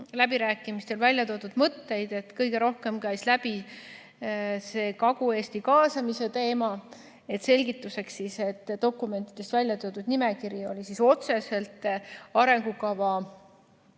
läbirääkimistel väljatoodud mõtteid. Kõige rohkem käis läbi see Kagu-Eesti kaasamise teema. Selgituseks. Dokumentides väljatoodud nimekiri kajastas otseselt arengukava